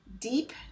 Deep